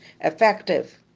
effective